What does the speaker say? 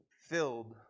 filled